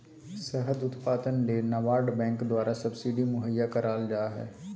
शहद उत्पादन ले नाबार्ड बैंक द्वारा सब्सिडी मुहैया कराल जा हय